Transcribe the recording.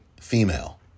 female